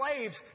slaves